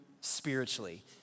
spiritually